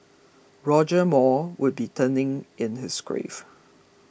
Roger Moore would be turning in his grave